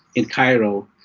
in cairo,